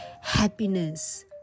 happiness